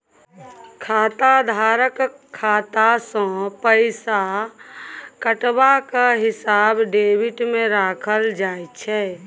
खाताधारकक खाता सँ पैसा कटबाक हिसाब डेबिटमे राखल जाइत छै